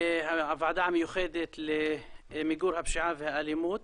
לוועדה המיוחדת למיגור הפשיעה והאלימות.